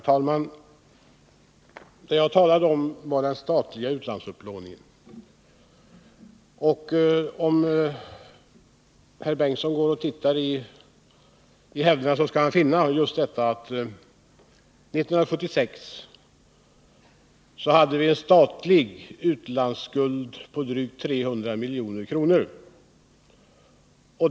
Herr talman! Det jag talade om var den statliga utlandsupplåningen. Om Torsten Bengtson läser i handlingarna skall han finna att vi 1976 hade en statlig utlandsskuld på drygt 300 milj.kr.